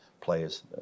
players